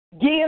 Give